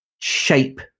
shape